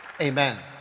amen